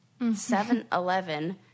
7-Eleven